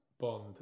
Bond